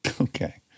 Okay